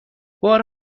بار